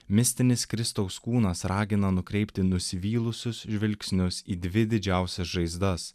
mistinis kristaus kūnas ragina nukreipti nusivylusius žvilgsnius į dvi didžiausias žaizdas